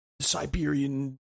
Siberian